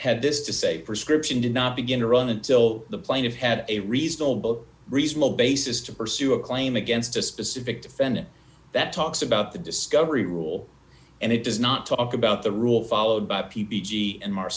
had this to say prescription do not begin to run until the plane of had a reasonable reasonable basis to pursue a claim against a specific defendant that talks about the discovery rule and it does not talk about the rule followed by p p g